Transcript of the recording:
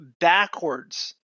backwards